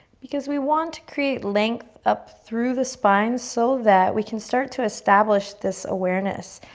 because we want to create length up through the spine so that we can start to establish this awareness.